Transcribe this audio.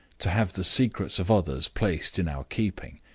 to have the secrets of others placed in our keeping.